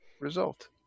result